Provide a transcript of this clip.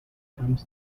comes